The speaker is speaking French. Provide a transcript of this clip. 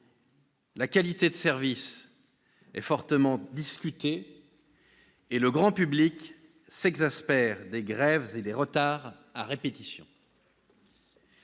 la qualité de service fortement discutée et le grand public s'exaspère des grèves et de retards à répétition.